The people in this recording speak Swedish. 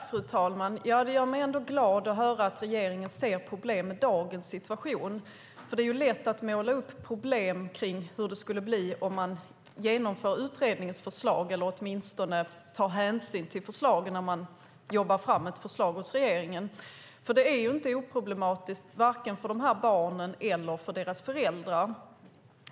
Fru talman! Det gör mig glad att höra att regeringen ser problemen med dagens situation. Det är lätt att måla upp problem kring hur det skulle bli om man genomför utredningens förslag eller åtminstone tar hänsyn till förslagen när man jobbar fram ett förslag hos regeringen. Det är inte oproblematiskt vare sig för de här barnen eller för deras föräldrar.